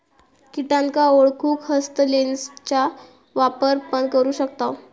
किटांका ओळखूक हस्तलेंसचा वापर पण करू शकताव